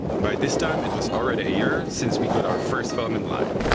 by this time it was already a year since we got our first filament line.